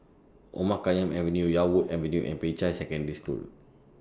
Omar Khayyam Avenue Yarwood Avenue and Peicai Secondary School